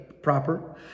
Proper